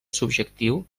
subjectiu